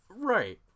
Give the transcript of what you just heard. Right